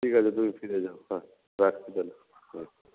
ঠিক আছে তুমি ফিরে যাও হ্যাঁ রাখছি তাহলে হ্যাঁ